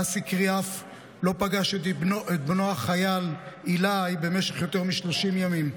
אסי קריאף לא פגש את בנו החייל עילאי במשך יותר מ-30 ימים,